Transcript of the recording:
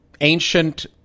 ancient